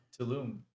Tulum